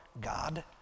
God